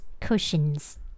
cushions